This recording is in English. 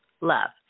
love